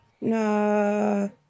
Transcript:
No